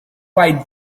white